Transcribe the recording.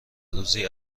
روزی